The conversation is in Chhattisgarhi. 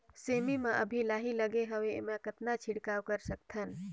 सेमी म अभी लाही लगे हवे एमा कतना छिड़काव कर सकथन?